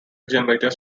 generators